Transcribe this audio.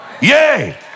Yay